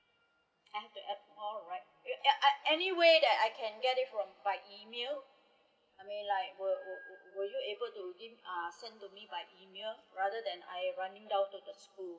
I have to app store right eh uh anyway that I can get it from via email I mean like were were were were you able to give uh send to me by email rather then I running down to the school